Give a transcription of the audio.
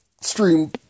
Stream